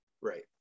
Right